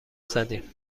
زدیم